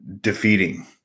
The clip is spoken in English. defeating